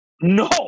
No